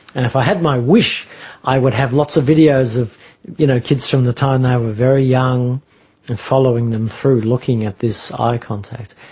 and if i had my wish i would have lots of videos of you know kids from the time they were very young and following them through, looking at this eye contact.